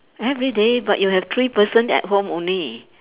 everyday but you have three person at home only